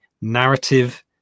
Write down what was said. narrative